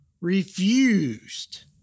refused